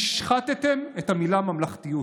השחתתם את המילה ממלכתיות,